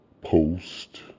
post